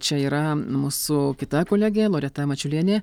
čia yra mūsų kita kolegė loreta mačiulienė